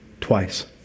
twice